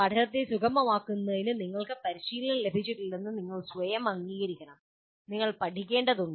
പഠനത്തെ സുഗമമാക്കുന്നതിന് നിങ്ങൾക്ക് പരിശീലനം ലഭിച്ചില്ലെന്ന് നിങ്ങൾ സ്വയം അംഗീകരിക്കണം നിങ്ങൾ പഠിക്കേണ്ടതുണ്ട്